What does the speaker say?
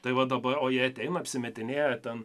tai va dabar o jie ateina apsimetinėja ten